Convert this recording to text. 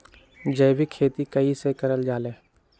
जैविक खेती कई से करल जाले?